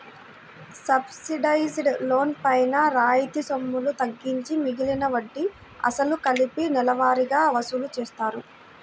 subsidised loan పైన రాయితీ సొమ్ములు తగ్గించి మిగిలిన వడ్డీ, అసలు కలిపి నెలవారీగా వసూలు చేస్తారు